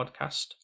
podcast